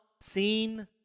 seen